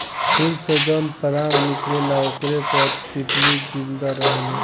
फूल से जवन पराग निकलेला ओकरे पर तितली जिंदा रहेले